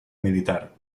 militar